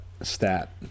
stat